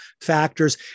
factors